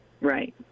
Right